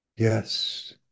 Yes